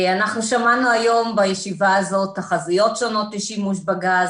אנחנו שמענו היום בישיבה הזאת תחזיות שונות לשימוש בגז